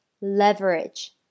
leverage